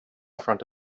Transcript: front